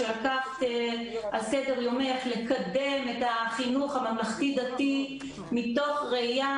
שלקחת על סדר-יומך לקדם את החינוך הממלכתי-דתי מתוך ראיה